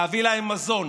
להביא להם מזון,